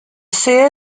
sede